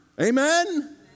Amen